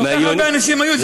כל כך הרבה אנשים היו,